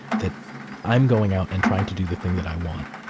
that i'm going out and trying to do the thing that i want,